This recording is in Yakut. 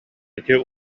ити